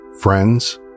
friends